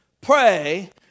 pray